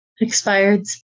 Expired